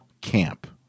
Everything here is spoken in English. camp